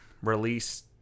release